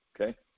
okay